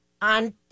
on